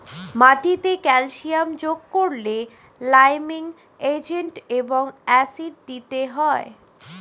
মাটিতে ক্যালসিয়াম যোগ করলে লাইমিং এজেন্ট এবং অ্যাসিড দিতে হয়